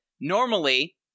normally –